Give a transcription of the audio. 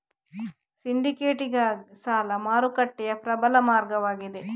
syndicated ಸಾಲ ಮಾರುಕಟ್ಟೆಯು ಪ್ರಬಲ ಮಾರ್ಗವಾಗಿದೆ